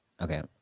Okay